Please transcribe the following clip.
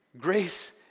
Grace